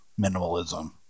minimalism